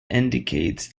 indicates